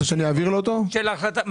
ואגיד לו שזאת החלטת הממשלה.